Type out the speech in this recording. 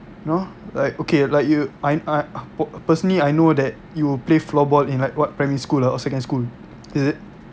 know like okay like you I I personally I know that you will play floor ball in like what primary school or secondary school is it